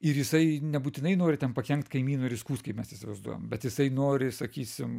ir jisai nebūtinai nori ten pakenkt kaimynui ir įskųst kaip mes įsivaizduojam bet jisai nori sakysim